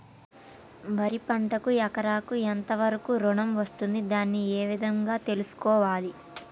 వరి పంటకు ఎకరాకు ఎంత వరకు ఋణం వస్తుంది దాన్ని ఏ విధంగా తెలుసుకోవాలి?